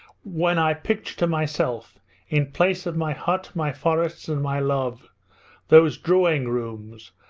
when i picture to myself in place of my hut, my forests, and my love those drawing-rooms,